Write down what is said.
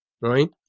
Right